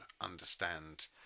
understand